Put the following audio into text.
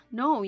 no